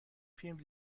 فیلم